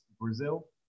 Brazil